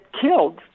killed